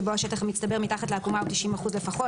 שבו השטח המצטבר מתחת לעקומה הוא 90% לפחות,